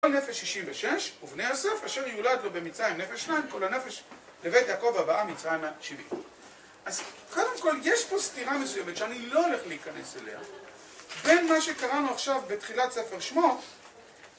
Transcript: כל נפש שישים ושש ובני יוסף אשר יולד לו במצרים נפש שניים, כל הנפש לבית יעקב הבא מצרימה שביעים, אז קודם כל יש פה סתירה מסוימת, שאני לא הולך להיכנס אליה, בין מה שקראנו עכשיו בתחילת ספר שמות